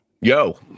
Yo